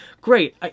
great